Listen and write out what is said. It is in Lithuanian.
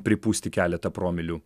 pripūsti keletą promilių